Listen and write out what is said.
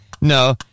No